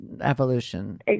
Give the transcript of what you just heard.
evolution